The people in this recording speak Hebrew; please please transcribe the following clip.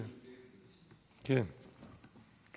יש לי זמן, אתה אומר.